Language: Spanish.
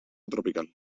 tropical